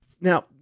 Now